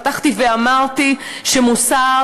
פתחתי ואמרתי שמוסר,